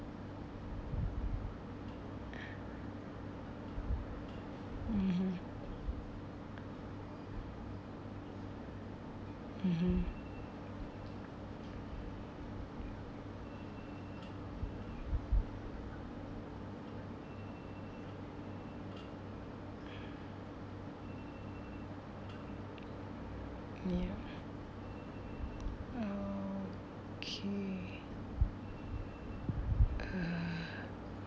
(uh huh) (uh huh) ya okay uh